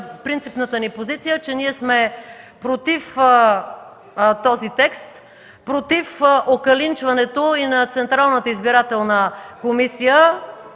принципната ни позиция: ние сме против този текст, против окалинчването и на Централната избирателна комисия,